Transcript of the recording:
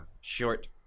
short